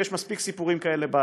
ויש מספיק סיפורים כאלה בהלכה.